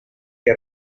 que